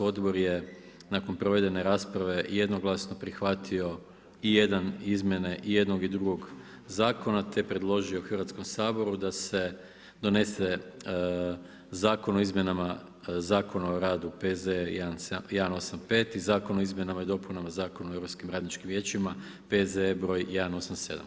Odbor je nakon provedene rasprave, jednoglasno prihvatio i jedan izmjene i jednog i drugog zakona, te predložio Hrvatskom saboru, da se donese Zakon o izmjenama Zakona o radu P.Z. 185 i Zakon o izmjenama i dopunama Zakona o europskim radničkim vijećima P.Z. br. 187.